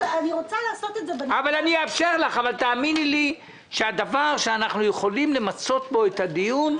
אבל תאמיני לי שהדבר שאנחנו יכולים למצות בו את הדיון,